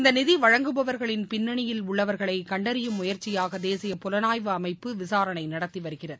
இந்த நிதி வழங்குபவர்களின் பின்னணியில் உள்ளவர்களை கண்டறியும் முயற்சியாக தேசிய புலனாய்வு அமைப்பு விசாரணை நடத்தி வருகிறது